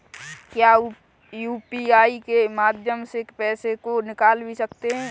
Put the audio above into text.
क्या यू.पी.आई के माध्यम से पैसे को निकाल भी सकते हैं?